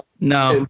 no